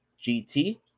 gt